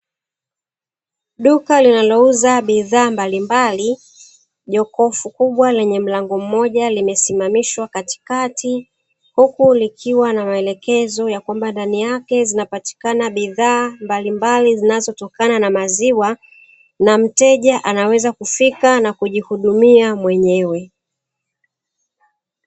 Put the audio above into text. Duka linalouza bidhaa mbalimbali. Jokofu kubwa lenye mlango mmoja limesimamishwa katikati huku likiwa na maelekezo ya kwamba ndani yake zinapatikana bidhaa mbalimbali, zinazotokana na maziwa na mteja anaweza kufika na kujihudumia mwenyewe.